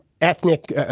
ethnic